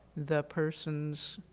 the person's,